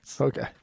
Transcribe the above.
Okay